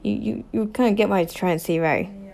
you you you can get what I trying to say right